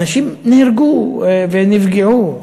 אנשים נהרגו ונפגעו,